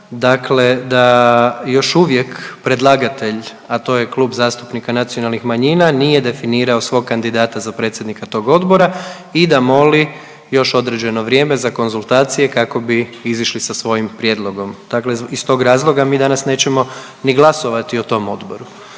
dakle da još uvijek predlagatelj, a to je Klub zastupnika nacionalnih manjina nije definirao svog kandidata za predsjednika tog odbora i da moli još određeno vrijeme za konzultacije kako bi izišli sa svojim prijedlogom, dakle iz tog razloga mi danas nećemo ni glasovati o tom odboru,